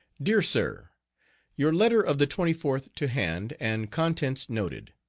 dear sir your letter of the twenty fourth to hand, and contents noted.